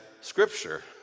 Scripture